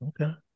okay